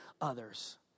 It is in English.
others